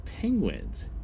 penguins